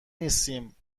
نیستیم